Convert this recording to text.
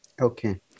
Okay